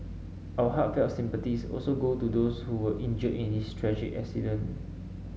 our heartfelt sympathies also go to those who were injured in this tragic accident